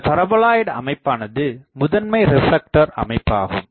இந்த பரபோலாய்ட் அமைப்பானது முதன்மை ரிப்லேக்டர் அமைப்பாகும்